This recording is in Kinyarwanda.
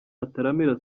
ataramira